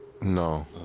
No